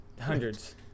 Hundreds